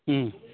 ହୁଁ